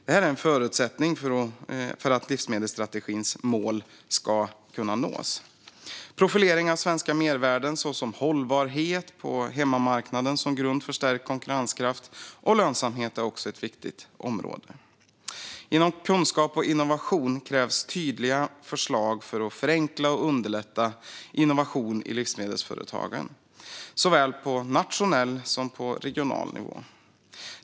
Detta är en förutsättning för att livsmedelsstrategins mål ska kunna nås. Profilering av svenska mervärden, såsom hållbarhet på hemmamarknaden som grund för stärkt konkurrenskraft och lönsamhet, är också ett viktigt område. Inom området kunskap och innovation krävs tydliga förslag för att förenkla och underlätta innovation i livsmedelsföretagen, såväl på nationell som på regional nivå.